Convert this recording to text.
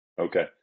Okay